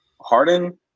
Harden